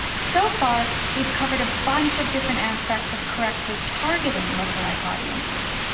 so far we've covered a bunch of different aspects of correctly targeting lookalike audiences,